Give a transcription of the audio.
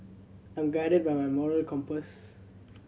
I'm guided by my moral compass